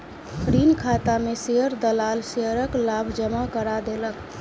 ऋण खाता में शेयर दलाल शेयरक लाभ जमा करा देलक